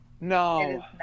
No